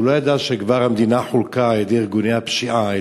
הוא לא ידע שהמדינה כבר חולקה על-ידי ארגוני הפשיעה,